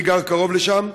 אני גר קרוב לשם,